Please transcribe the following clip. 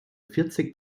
vierzig